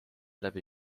läbi